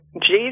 Jesus